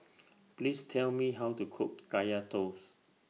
Please Tell Me How to Cook Kaya Toast